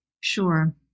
Sure